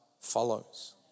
follows